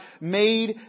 made